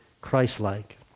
Christ-like